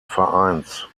vereins